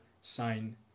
sign